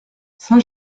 saint